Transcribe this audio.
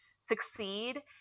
succeed